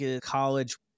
college